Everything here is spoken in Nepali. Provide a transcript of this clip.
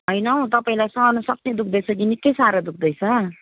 होइन हौ तपाईँलाई सहनुसक्ने दुख्दैछ कि निकै साह्रो दुख्दैछ